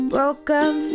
Broken